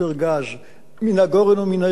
מן הגורן או מן היקב, מאיפה אתה מוציא?